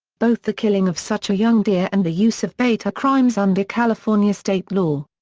both the killing of such a young deer and the use of bait are crimes under california state law.